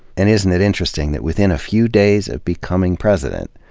and isn't it interesting that within a few days of becoming president,